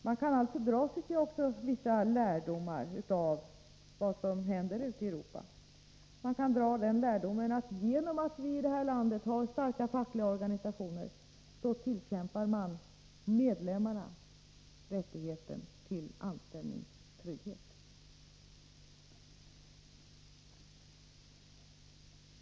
Man kan alltså, tycker jag, dra vissa lärdomar av vad som händer ute i Europa. Man kan dra den lärdomen att genom att vi i det här landet har starka fackliga organisationer tillkämpar de medlemmarna rättigheten till anställningstrygghet.